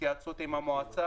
התייעצות עם המועצה,